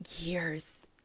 years